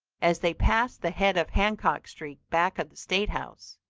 as they passed the head of hancock street back of the state house,